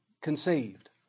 conceived